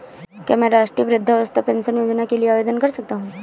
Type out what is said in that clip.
क्या मैं राष्ट्रीय वृद्धावस्था पेंशन योजना के लिए आवेदन कर सकता हूँ?